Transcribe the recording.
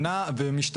זה נע ומשתנה.